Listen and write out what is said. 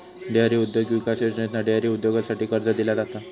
dairy उद्योग विकास योजनेतना डेअरी उद्योगासाठी कर्ज दिला जाता